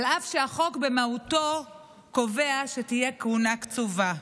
אף שהחוק במהותו קובע שתהיה כהונה קצובה,